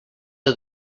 del